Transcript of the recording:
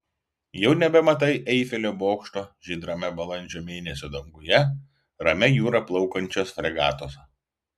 jau nebematai eifelio bokšto žydrame balandžio mėnesio danguje ramia jūra plaukiančios fregatos